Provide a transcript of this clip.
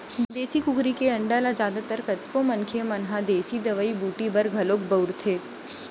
देसी कुकरी के अंडा ल जादा तर कतको मनखे मन ह देसी दवई बूटी बर घलोक बउरथे